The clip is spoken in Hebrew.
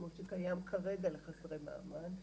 כמו שקיים כרגע לחסרי מעמד,